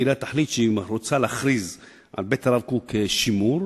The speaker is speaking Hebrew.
העירייה תחליט שהיא רוצה להכריז על בית הרב קוק לשימור,